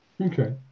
okay